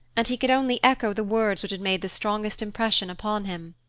and he could only echo the words which had made the strongest impression upon him